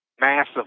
massive